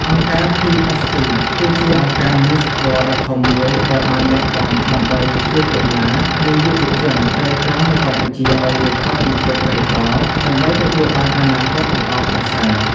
អង្គការភីអេសអុី (PSE) គឺជាអង្គការមនុស្សធម៌ដ៏ធំមួយដែលបានលះបង់ដើម្បីជួយកុមារ និងយុវជនក្រីក្រនៅកម្ពុជាឱ្យរួចផុតពីភាពក្រីក្រ ដើម្បីទទួលបានអនាគតល្អប្រសើរ។